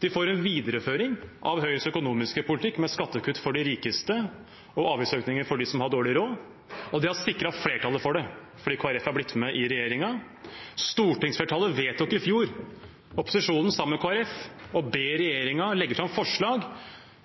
De får en videreføring av Høyres økonomiske politikk med skattekutt for de rikeste og avgiftsøkninger for dem som har dårlig råd. De har sikret flertallet for det fordi Kristelig Folkeparti har blitt med i regjeringen. Stortingsflertallet – opposisjonen sammen med Kristelig Folkeparti – vedtok i fjor å be regjeringen legge fram forslag